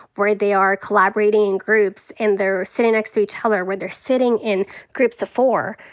where they are collaborating in groups and they're sitting next to each other, where they're sitting in groups of four,